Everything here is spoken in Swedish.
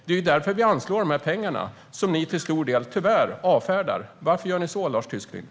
Det är därför vi anslår dessa pengar, som ni till stor del tyvärr avfärdar. Varför gör ni så, Lars Tysklind?